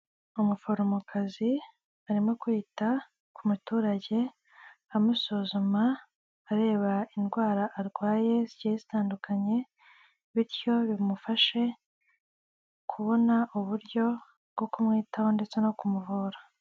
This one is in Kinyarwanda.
Umuforomokazi arimo kwita ku muturage amusuzuma areba indwara arwaye zigiye zitandukanye, bityo bimufashe kubona uburyo bwo kumwitaho ndetse no ku muvura.